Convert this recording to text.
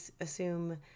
assume